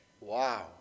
wow